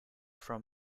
from